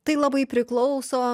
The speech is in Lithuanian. tai labai priklauso